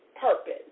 purpose